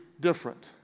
different